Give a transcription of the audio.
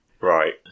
Right